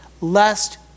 lest